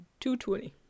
$220